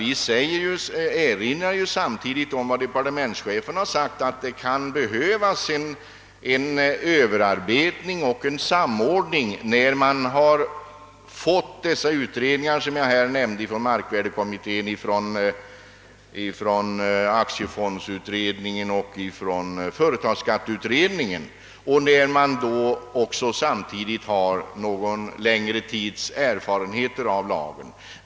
Vi erinrar samtidigt om att departementschefen sagt att det kan behövas en överarbetning och en samordning när man har fått dessa utredningar, som jag här nämnde, från markvärdeskommittén, från aktiefondsutredningen och från företagsskatteutredningen. Då har vi också någon längre tids erfarenheter av lagen.